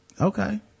okay